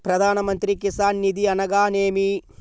ప్రధాన మంత్రి కిసాన్ నిధి అనగా నేమి?